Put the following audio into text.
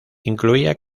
incluía